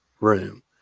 room